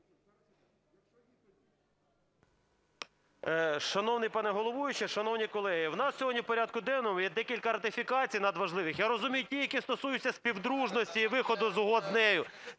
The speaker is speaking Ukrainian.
Шановний пане головуючий, шановні колеги! В нас сьогодні в порядку денному є декілька ратифікацій надважливих, я розумію, ті, які стосуються співдружності і виходу з угод з нею.